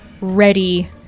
ready